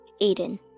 Aiden